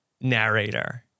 narrator